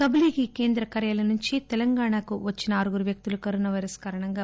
ఢిల్లికి కేంద్ర కార్యాలయం నుంచి తెలంగాణకు వచ్చిన ఆరుగురు వ్యక్తులు కరోనా పైరస్ కారణంగా మరణించారు